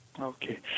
Okay